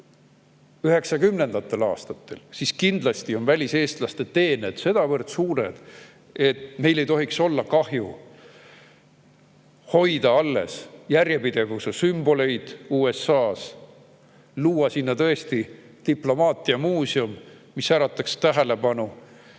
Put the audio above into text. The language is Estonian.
mõistma, et] kindlasti on väliseestlaste teened sedavõrd suured, et meil ei tohiks olla kahju hoida alles järjepidevuse sümboleid USA‑s, luua sinna tõesti diplomaatiamuuseum, mis ärataks tähelepanu,